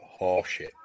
horseshit